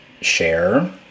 share